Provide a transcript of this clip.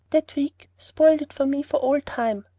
that week spoiled it for me for all time.